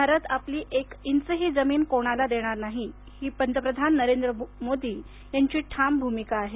भारत आपली एक इंचही जमीन कोणाला देणार नाही ही पंतप्रधान नरेंद्र मोदी यांची ठाम भूमिका आहे